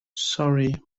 sorry